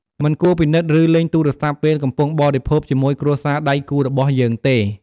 មិនគួរពិនិត្យឬលេងទូរស័ព្ទពេលកំពុងបរិភោគជាមួយគ្រួសារដៃគូររបស់យើងទេ។